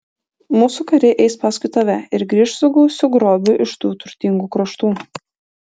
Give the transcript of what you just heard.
mūsų kariai eis paskui tave ir grįš su gausiu grobiu iš tų turtingų kraštų